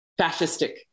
fascistic